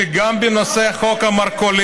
אני רוצה להוסיף שגם בנושא חוק המרכולים,